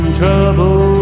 trouble